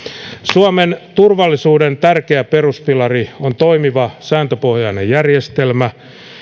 suomen turvallisuuden tärkeä peruspilari on toimiva sääntöpohjainen järjestelmä